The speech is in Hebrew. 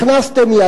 הכנסתם מייד,